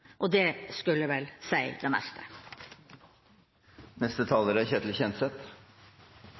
Det skulle vel si det meste. Flere har nevnt at dette er